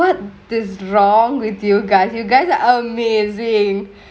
what is wrongk with you guys you guys are amazingk